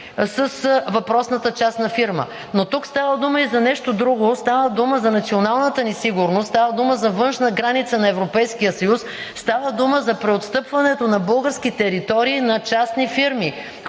с въпросната частна фирма. Тук става дума и за нещо друго – става дума за националната ни сигурност. Става дума за външната граница на Европейския съюз, става дума за преотстъпването на български територии на частни фирми,